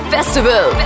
Festival